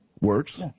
works